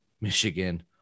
Michigan